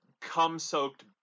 cum-soaked